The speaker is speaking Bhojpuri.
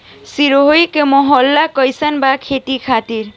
सिरोही के माहौल कईसन बा खेती खातिर?